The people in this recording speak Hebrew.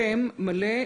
שם מלא,